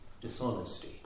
dishonesty